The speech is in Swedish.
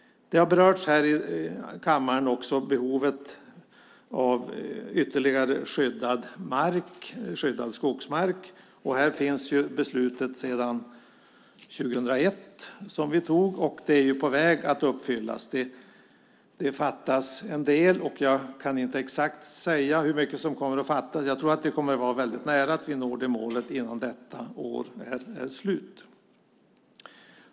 Här i kammaren har också berörts behovet av ytterligare skyddad skogsmark, och vi tog ett beslut 2001 som är på väg att uppfyllas. Det fattas en del, och jag kan inte säga exakt hur mycket som fattas. Jag tror att vi kommer att vara väldigt nära att nå målet innan detta år är slut.